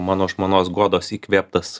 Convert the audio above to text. mano žmonos godos įkvėptas